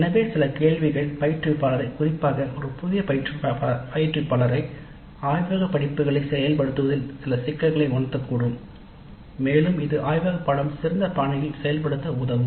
எனவே சில கேள்விகள் பயிற்றுவிப்பாளரை குறிப்பாக ஒரு புதிய பயிற்றுவிப்பாளரை ஆய்வக படிப்புகளை செயல்படுத்துவதில் சில சிக்கல்களை உணர்த்தக் கூடும் மேலும் இது ஆய்வக பாடநெறி சிறந்த பாணியில் செயல்படுத்த உதவும்